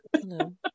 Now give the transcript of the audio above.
Hello